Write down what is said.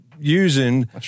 using